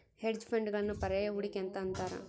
hedge ಫಂಡ್ಗಳನ್ನು ಪರ್ಯಾಯ ಹೂಡಿಕೆ ಅಂತ ಅಂತಾರ